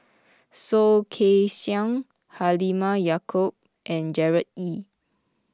Soh Kay Siang Halimah Yacob and Gerard Ee